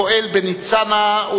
הפועל בניצנה,